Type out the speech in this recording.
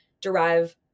derive